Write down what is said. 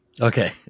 Okay